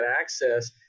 access